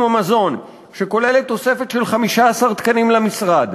המזון שכוללת תוספת של 15 תקנים למשרד.